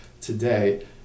today